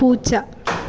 പൂച്ച